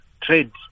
trade